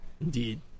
Indeed